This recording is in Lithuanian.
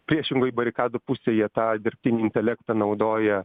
priešingoj barikadų pusėj jie tą dirbtinį intelektą naudoja